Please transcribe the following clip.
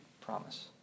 promise